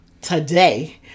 today